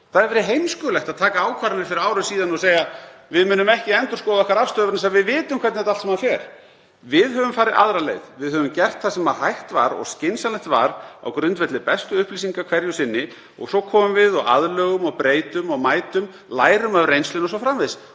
Það hefði verið heimskulegt að taka ákvarðanir fyrir ári og segja: Við munum ekki endurskoða afstöðu okkar vegna þess að við vitum hvernig þetta allt saman fer. Við höfum farið aðra leið, við höfum gert það sem hægt var og skynsamlegt var á grundvelli bestu upplýsinga hverju sinni og svo komum við og aðlögum og breytum og metum, lærum af reynslunni o.s.frv.